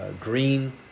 green